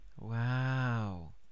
Wow